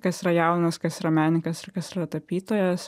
kas yra jaunas kas yra menininkas ir kas yra tapytojas